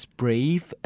brave